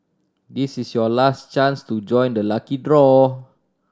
this is your last chance to join the lucky draw